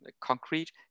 Concrete